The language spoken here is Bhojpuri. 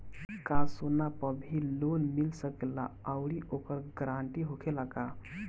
का सोना पर भी लोन मिल सकेला आउरी ओकर गारेंटी होखेला का?